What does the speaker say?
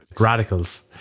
Radicals